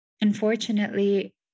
unfortunately